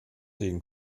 sehen